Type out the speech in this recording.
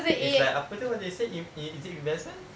it's like apa tu what they say in~ in~ is it investment